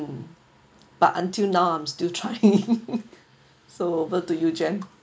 mm but until now I'm still trying so over to you jen